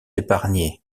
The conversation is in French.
épargnée